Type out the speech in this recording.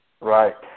Right